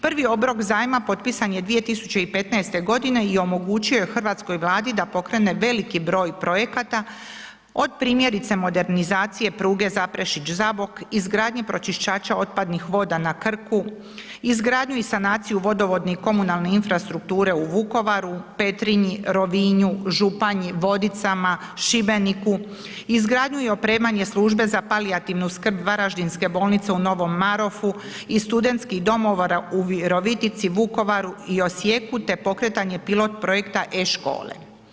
Prvi obrok zajma potpisan je 2015. godine i omogućio je hrvatskoj Vladi da pokrene veliki broj projekata od primjerice modernizacije pruge Zaprešić-Zabok, izgradnje pročistača otpadnih voda na Krku, izgradnju i sanaciju vodovodne i komunalne infrastrukture u Vukovaru, Petrinji, Rovinju, Županji, Vodicama, Šibeniku, izgradnju i opremanje službe za palijativnu skrb Varaždinske bolnice u Novom Marafu i studentskih domova u Virovitici, Vukovaru i Osijeku te pokretanje pilot projekta e-škole.